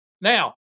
now